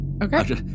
Okay